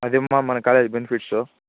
అది అమ్మ మన కాలేజ్ బెనిఫిట్సు